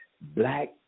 black